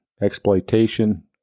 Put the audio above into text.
exploitation